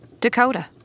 Dakota